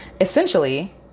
essentially